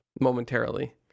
momentarily